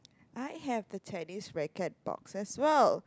I have the tennis racket box as well